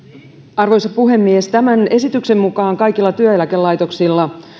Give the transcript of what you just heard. arvoisa puhemies tämän esityksen mukaan kaikilla työeläkelaitoksilla